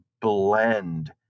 blend